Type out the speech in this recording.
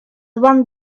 one